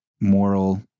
moral